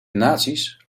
naties